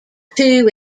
two